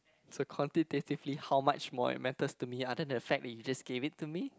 so quantitatively how much more it matters to me other than the fact tgat you just gave it to me